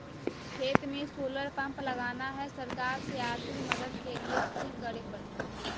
खेत में solar pump लगाना है, सरकार से आर्थिक मदद के लिए की करे परतय?